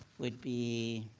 would be,